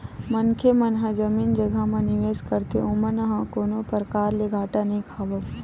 मनखे मन ह जमीन जघा म निवेस करथे ओमन ह कोनो परकार ले घाटा नइ खावय